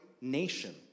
nation